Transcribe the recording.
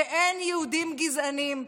שאין יהודים גזענים,